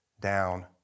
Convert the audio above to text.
down